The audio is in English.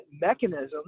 mechanism